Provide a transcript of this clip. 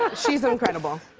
but she's incredible.